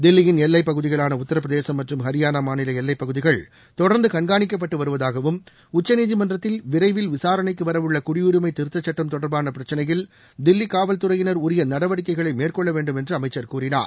தில்லியின் எல்லைப் பகுதிகளான உத்தரப் பிரதேசும் மற்றம் ஹரியானா மாநில எல்லைப் பகுதிகள் தொடர்ந்து கண்காணிக்கப்பட்டு வருவதாகவும் உச்சநீதிமன்றத்தில் விளரவில் விசாரணைக்கு வர உள்ள குடியுரிமை திருத்த சுட்டம் தொடர்பான பிரச்சனையில் தில்லி காவல்துறையினர் உரிய நடவடிக்கைகளை மேற்கொள்ள வேண்டும் என்று அமைச்சர் கூறினார்